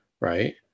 Right